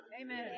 Amen